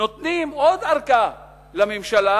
עוד ארכה לממשלה,